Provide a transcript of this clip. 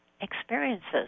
experiences